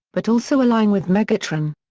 but also allying with megatron.